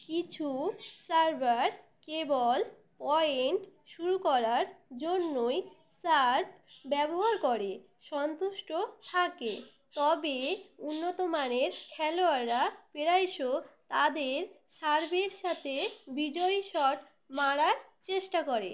কিছু সার্ভার কেবল পয়েন্ট শুরু করার জন্যই সার্ভ ব্যবহার করে সন্তুষ্ট থাকে তবে উন্নত মানের খেলোয়াড়রা প্রায়শ তাদের সার্ভের সাতে বিজয়ী শট মারার চেষ্টা করে